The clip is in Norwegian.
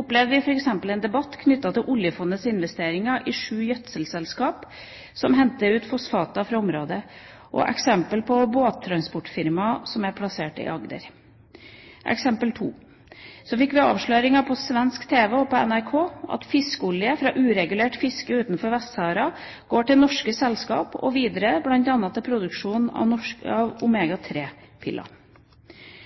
opplevde vi en debatt knyttet til oljefondets investeringer i sju gjødselselskaper som henter ut fosfater fra området, og et eksempel med båttransportfirmaer som er plassert i Agder. Eksempel 2: Vi fikk avsløringer på svensk tv og på NRK om at fiskeolje fra uregulert fiske utenfor Vest-Sahara går til et norsk selskap og videre til bl.a. produksjon av